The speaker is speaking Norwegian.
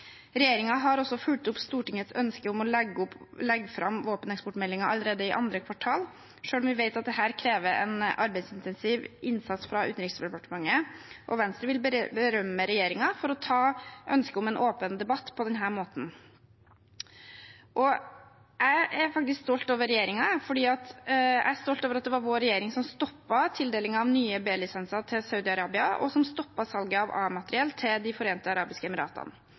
andre kvartal, selv om vi vet at dette krever en arbeidsintensiv innsats fra Utenriksdepartementet, og Venstre vil berømme regjeringen for å ta ønsket om en åpen debatt på denne måten. Jeg er faktisk stolt over at det var vår regjering som stoppet tildelingen av nye B-lisenser til Saudi-Arabia, og som stoppet salget av A-materiell til De forente arabiske